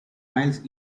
miles